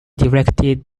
directed